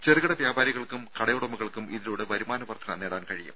ചെറുകിട വ്യാപാരികൾക്കും കടയുടമകൾക്കും ഇതിലൂടെ വരുമാന വർദ്ധന നേടാൻ കഴിയും